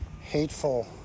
hateful